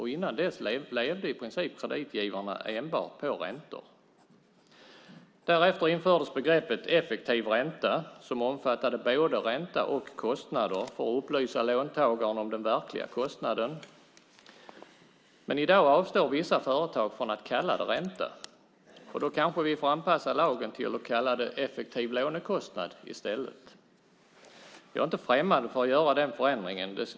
Innan dess levde kreditgivarna i princip enbart på räntorna. Därefter infördes begreppet effektiv ränta som omfattade både ränta och kostnader för att upplysa låntagaren om den verkliga kostnaden. I dag avstår vissa företag från att kalla det ränta, och då får vi kanske anpassa lagen till att kalla det effektiv lånekostnad i stället. Jag är inte främmande för att göra den förändringen.